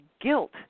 guilt